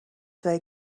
they